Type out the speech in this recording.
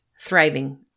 thriving